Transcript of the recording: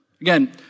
again